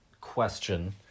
question